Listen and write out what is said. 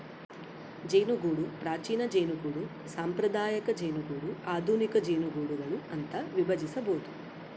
ಜೇನುಗೂಡು ಪ್ರಾಚೀನ ಜೇನುಗೂಡು ಸಾಂಪ್ರದಾಯಿಕ ಜೇನುಗೂಡು ಆಧುನಿಕ ಜೇನುಗೂಡುಗಳು ಅಂತ ವಿಭಜಿಸ್ಬೋದು